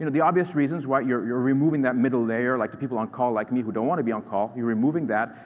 you know the obvious reasons, right? you're you're removing that middle, layer like the people on-call like me who don't want to be on-call. you're removing that.